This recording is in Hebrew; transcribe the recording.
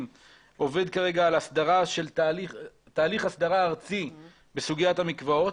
עובד כרגע על תהליך אסדרה ארצי בסוגיית המקוואות.